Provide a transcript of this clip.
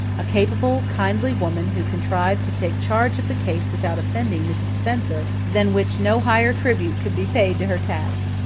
a capable, kindly woman who contrived to take charge of the case without offending mrs. spencer than which no higher tribute could be paid to her tact!